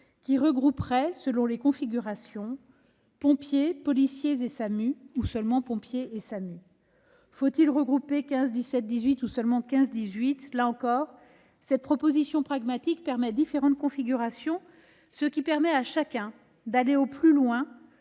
qui regrouperait, selon les configurations, pompiers, policiers et SAMU, ou seulement pompiers et SAMU. Faut-il regrouper le 15, le 17 et le 18, ou seulement le 15 et le 18 ? Là encore, cette proposition pragmatique envisage différentes configurations, ce qui permet à chacun d'aller au plus loin,